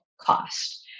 cost